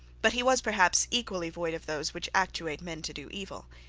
but he was perhaps equally void of those which actuate men to do evil.